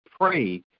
pray